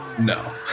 No